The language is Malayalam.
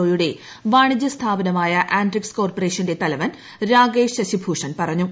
ഒ യുടെ വാണിജ്യ സ്ഥാപനമായ ആൻഡ്രിക്സ് കോർപ്പറേഷന്റെ തലവൻ രാകേഷ് ശശിഭൂഷൺ പറഞ്ഞു